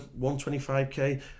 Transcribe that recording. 125K